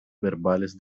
verbales